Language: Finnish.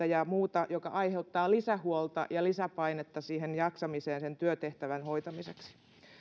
ja muuta joka aiheuttaa lisähuolta ja lisäpainetta jaksamiseen sen työtehtävän hoitamiseksi